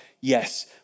Yes